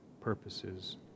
purposes